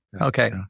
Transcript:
Okay